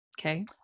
Okay